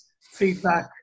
feedback